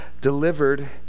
Delivered